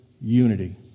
unity